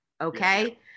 okay